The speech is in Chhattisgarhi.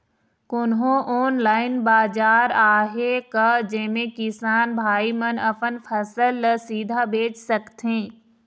कोन्हो ऑनलाइन बाजार आहे का जेमे किसान भाई मन अपन फसल ला सीधा बेच सकथें?